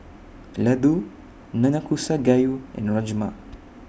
Ladoo Nanakusa Gayu and Rajma